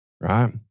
right